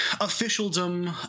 officialdom